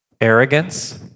Arrogance